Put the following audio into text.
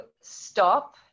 stop